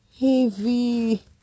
heavy